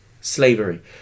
slavery